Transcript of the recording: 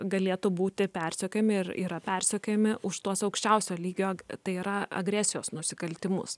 galėtų būti persekiojami ir yra persekiojami už tuos aukščiausio lygio tai yra agresijos nusikaltimus